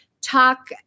talk